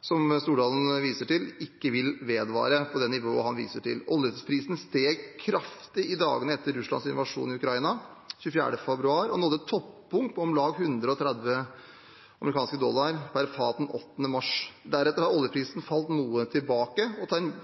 som Stordalen viser til, ikke vil vedvare på det nivået. Oljeprisen steg kraftig i dagene etter Russlands invasjon i Ukraina 24. februar og nådde et toppunkt på om lag 130 amerikanske dollar per fat den 8. mars. Deretter har oljeprisen falt noe tilbake.